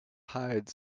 hide